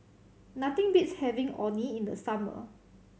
nothing beats having Orh Nee in the summer